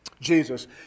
Jesus